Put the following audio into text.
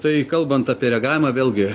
tai kalbant apie reagavimą vėlgi